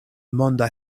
monda